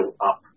up